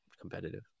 competitive